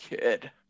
kid